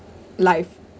life